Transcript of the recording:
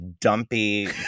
dumpy